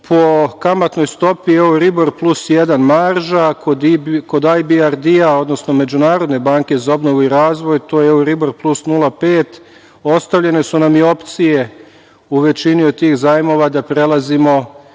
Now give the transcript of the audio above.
po kamatnoj stopi Euribor plus 1, marža, kod ABRD odnosno Međunarodne banke za obnovu i razvoj to je Euribor plus 0,5, ostavljene su nam i opcije u većini od tih zajmova da prelazimo i